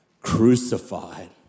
crucified